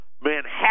Manhattan